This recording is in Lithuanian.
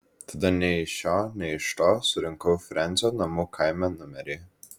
tada nei iš šio nei iš to surinkau frensio namų kaime numerį